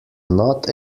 not